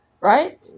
Right